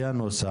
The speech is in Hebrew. היה נוסח,